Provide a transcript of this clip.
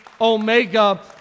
Omega